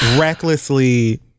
recklessly